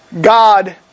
God